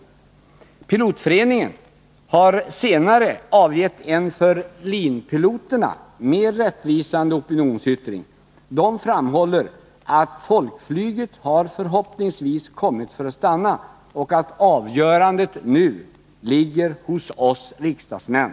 Pilotföreningen har senare avgivit en för LIN-piloterna mer rättvisande opinionsyttring. Den framhåller att folkflyget förhoppningsvis har kommit för att stanna och att avgörandet nu ligger hos oss riksdagsmän.